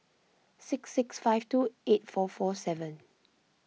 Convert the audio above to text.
six six five two eight four four seven